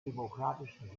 demokratischen